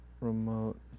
remote